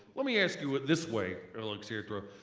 let me ask you it this way, alexandra,